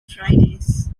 fridays